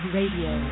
Radio